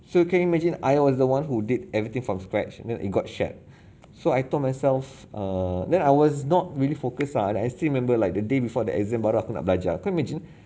so can you imagine I was the one who did everything from scratch and then it got shared so I told myself err then I was not really focused ah like I still remember like the day before the exam baru aku nak belajar can you imagine